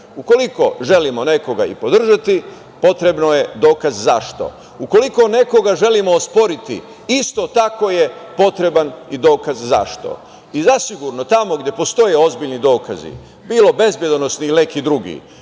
Ukoliko želimo nekoga podržati potrebno je dokaz zašto. Ukoliko nekoga želimo osporiti isto tako je potreban i dokaz zašto. Zasigurno, tamo gde postoje ozbiljni dokazi, bilo bezbedonosni ili neki drugi,